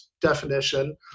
definition